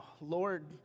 Lord